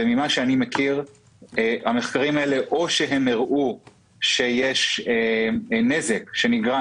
וממה שאני מכיר המחקרים האלה או שהראו שיש נזק שנגרם